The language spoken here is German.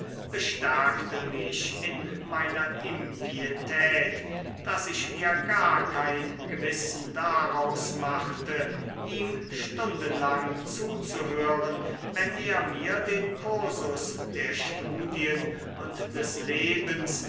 bestärkte mich in meiner impietät daß ich mir gar kein gewissen daraus machte ihm stunden lang zuzuhören wenn er mir den kursus der studien und des lebens